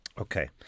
Okay